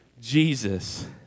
Jesus